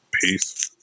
Peace